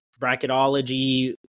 bracketology